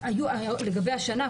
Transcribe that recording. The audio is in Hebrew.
לגבי השנה,